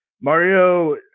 Mario